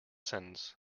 sentence